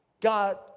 God